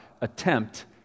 attempt